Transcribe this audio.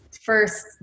first